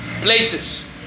places